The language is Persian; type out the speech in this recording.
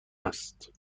است